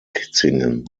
kitzingen